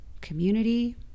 community